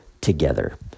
together